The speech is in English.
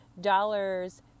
dollars